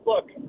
Look